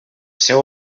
seu